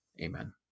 Amen